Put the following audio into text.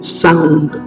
sound